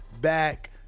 back